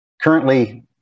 currently